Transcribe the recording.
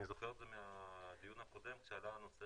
אני זוכר את זה מהדיון הקודם כשעלה הנושא